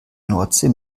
nordsee